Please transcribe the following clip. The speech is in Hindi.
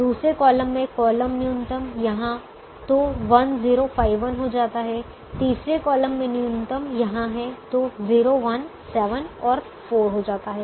दूसरे कॉलम में कॉलम न्यूनतम यहां तो 1 0 5 1 हो जाता है तीसरे कॉलम में न्यूनतम यहाँ है तो 0 1 7 और 4 हो जाता है